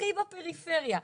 הכי בפריפריה.